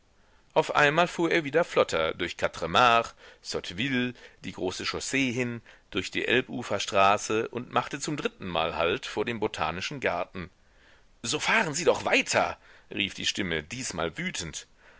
auf einmal fuhr er wieder flotter durch quatremares sotteville die große chaussee hin durch die elbeuferstraße und machte zum drittenmal halt vor dem botanischen garten so fahren sie doch weiter rief die stimme diesmal wütend